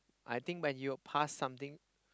I think when you pass something